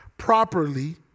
Properly